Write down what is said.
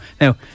now